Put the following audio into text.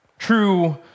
True